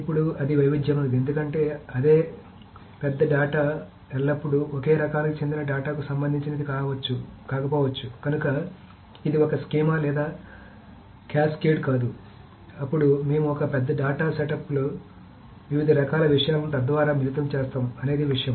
అప్పుడు అది వైవిధ్యమైనది ఎందుకంటే పెద్ద డేటా ఎల్లప్పుడూ ఒకే రకానికి చెందిన డేటాకు సంబంధించినది కాకపోవచ్చు కనుక ఇది ఒక స్కీమా లేదా ఒక క్యాస్కేడ్ కాదు అప్పుడు మేము ఒక పెద్ద డేటా సెటప్లో వివిధ రకాల విషయాలను తద్వారా మిళితం చేస్తాము అనేది విషయం